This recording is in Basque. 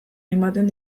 ematen